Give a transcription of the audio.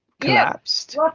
collapsed